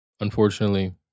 Unfortunately